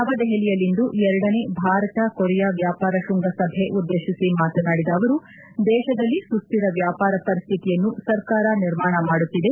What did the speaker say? ನವದೆಹಲಿಯಲ್ಲಿಂದು ಎರಡನೇ ಭಾರತ ಕೊರಿಯಾ ವ್ಯಾಪಾರ ಶೃಂಗಸಭೆ ಉದ್ದೇಶಿಸಿ ಮಾತನಾದಿದ ಅವರು ದೇಶದಲ್ಲಿ ಸುಸ್ತಿರ ವ್ಯಾಪಾರ ಪರಿಸ್ತಿತಿಯನ್ನು ಸರ್ಕಾರ ನಿರ್ಮಾಣ ಮಾಡುತ್ತಿದೆ